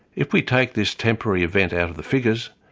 if we take this temporary event out of the figures,